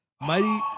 Mighty